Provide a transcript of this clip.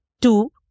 Two